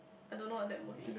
I don't know what that movie